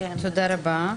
כן, תודה רבה.